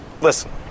Listen